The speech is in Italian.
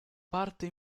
parte